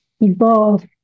evolve